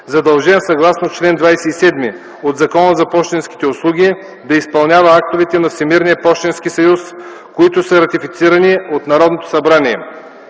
задължен съгласно чл. 27 от Закона за пощенските услуги да изпълнява актовете на Всемирния пощенски съюз, които са ратифицирани от Народното събрание;